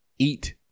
Eat